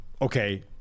Okay